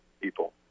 People